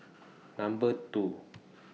Number two